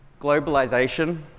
Globalization